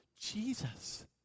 Jesus